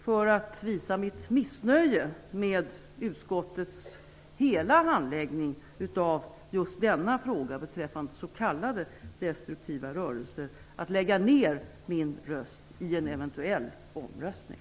För att visa mitt missnöje med utskottets hela handläggning av denna fråga, som rör s.k. destruktiva rörelser, kommer jag att lägga ned min röst i en eventuell omröstning.